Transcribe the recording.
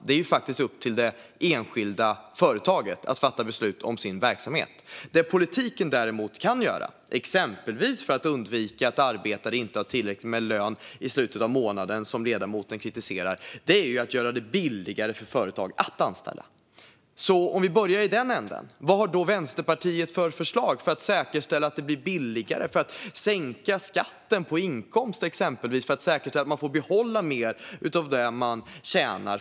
Det är upp till det enskilda företaget att fatta beslut om sin verksamhet. Det politiken däremot kan göra, exempelvis för att undvika att arbetare inte har tillräckligt med lön i slutet av månaden, vilket ledamoten kritiserar, är att göra det billigare för företag att anställa. Låt oss börja i den ändan. Vad har då Vänsterpartiet för förslag för att säkerställa att det blir billigare? Ska vi sänka skatten på inkomst, exempelvis, för att säkerställa att man får behålla mer av det man tjänar?